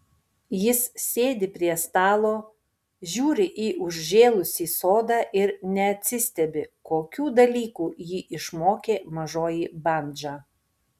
jis sėdi prie stalo žiūri į užžėlusį sodą ir neatsistebi kokių dalykų jį išmokė mažoji bandža